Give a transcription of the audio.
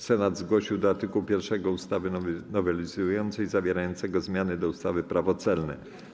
Senat zgłosił do art. 1 ustawy nowelizującej zawierającego zmiany do ustawy - Prawo celne.